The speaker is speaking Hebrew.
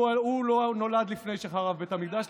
אבל הוא לא נולד לפני שחרב בית המקדש,